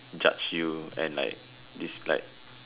judge you and like this like